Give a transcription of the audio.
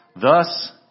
Thus